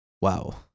Wow